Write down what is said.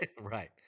Right